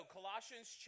Colossians